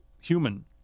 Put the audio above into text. human